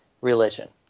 religion